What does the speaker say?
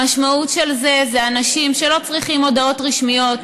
המשמעות של זה היא שאנשים לא צריכים הודעות רשמיות,